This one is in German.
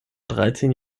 dreizehn